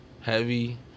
heavy